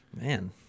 Man